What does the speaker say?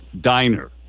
Diner